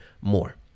more